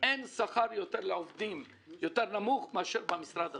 אין שכר נמוך יותר לעובדים מאשר במשרד הזה.